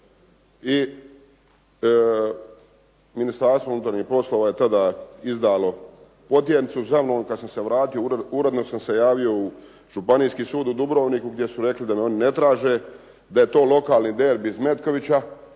i Ministarstvo unutarnjih poslova je tada izdalo potjernicu za mnom. Kad sam se vratio uredno sam se javio u Županijski sud u Dubrovniku gdje su rekli da me oni ne traže, da je to lokalni derbi iz Metkovića.